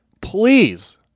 please